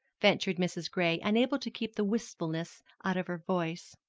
ventured mrs. gray, unable to keep the wistfulness out of her voice.